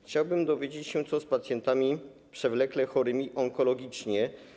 Chciałbym dowiedzieć się, co z pacjentami przewlekle chorymi onkologicznie.